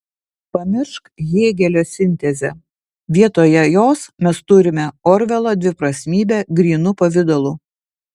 pamiršk hėgelio sintezę vietoje jos mes turime orvelo dviprasmybę grynu pavidalu